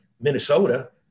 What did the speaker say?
Minnesota